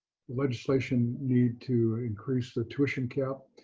legislation needed to increase the tuition cap.